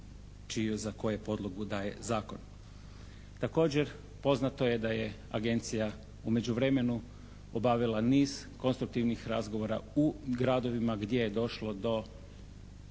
čiju za koju podlogu daje zakon. Također poznato je da je agencija u međuvremenu obavila niz konstruktivnih razgovora u gradovima gdje je došlo do